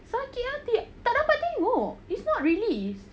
sakit hati tak dapat tengok it's not released